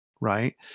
right